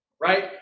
right